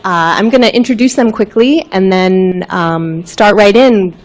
i'm going to introduce them quickly and then start right in.